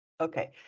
Okay